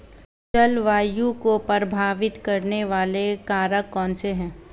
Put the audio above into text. जलवायु को प्रभावित करने वाले कारक कौनसे हैं?